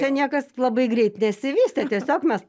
čia niekas labai greit nesivystė tiesiog mes